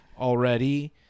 Already